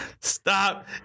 stop